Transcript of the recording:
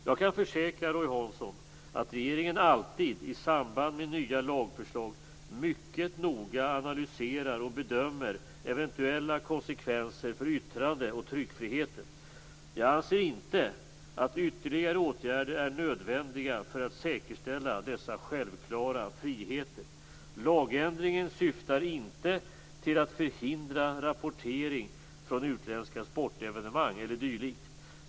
Jag kan försäkra Roy Hansson att regeringen alltid i samband med nya lagförslag mycket noga analyserar och bedömer eventuella konsekvenser för yttrande och tryckfriheten. Jag anser inte att ytterligare åtgärder är nödvändiga för att säkerställa dessa självklara friheter. Lagändringen syftar inte till att förhindra rapportering från utländska sportevenemang eller dylikt.